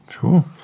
Sure